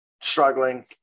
struggling